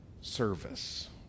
service